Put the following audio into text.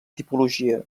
tipologia